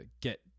get